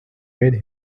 made